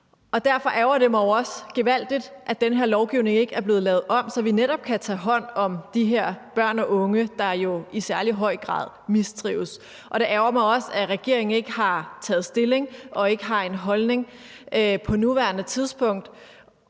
Derfor ærgrer det mig jo også gevaldigt, at den her lovgivning ikke er blevet lavet om, så vi netop kan tage hånd om de her børn og unge, der jo i særlig høj grad mistrives. Og det ærgrer mig også, at regeringen ikke har taget stilling og ikke har en holdning på nuværende tidspunkt.